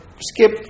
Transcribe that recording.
skip